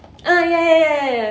ah ya ya ya ya ya